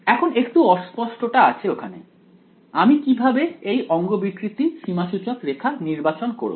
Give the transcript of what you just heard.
এখন একটু অস্পষ্টতা আছে ওখানে আমি কিভাবে এই অঙ্গবিকৃতি সীমাসূচক রেখা নির্বাচন করব